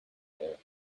there